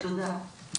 תודה.